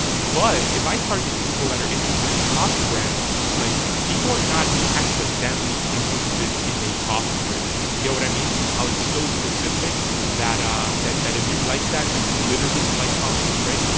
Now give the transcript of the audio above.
but if i target people that are interested in a coffee brand like people are not accidentally interested in a coffee brand you get what i mean how it's so specific that ah that that if you like that then you'd literally like coffee, right?